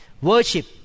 Worship